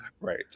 Right